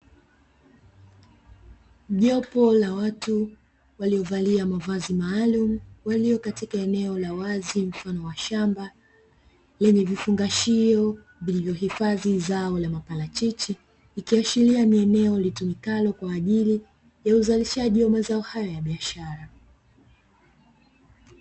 Jopo la watu waliovalia mavazi maalumu walio katika eneo la wazi mfano wa shamba lenye vifungashio vilivyohifadhi zao la maparachichi; ikiashiria ni eneo litumikalo kwa ajili ya uzalishaji wa mazao hayo ya biashara.